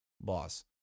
boss